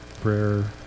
prayer